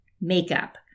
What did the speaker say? makeup